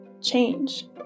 change